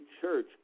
church